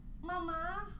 Mama